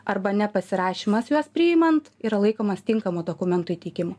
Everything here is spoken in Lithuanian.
arba nepasirašymas juos priimant yra laikomas tinkamu dokumentų įteikimu